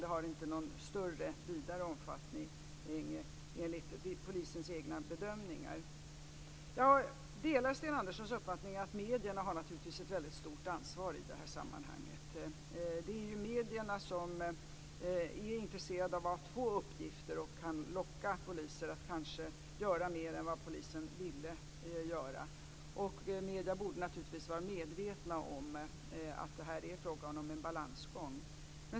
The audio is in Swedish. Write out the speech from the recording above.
Det har inte någon vidare omfattning, enligt polisens egna bedömningar. Jag delar Sten Anderssons uppfattning att medierna har ett väldigt stort ansvar i det här sammanhanget. Det är ju medierna som är intresserade av att få uppgifter och som kan locka poliser att göra mer än polisen vill göra. Medierna borde naturligtvis vara medvetna om att det här är fråga om en balansgång.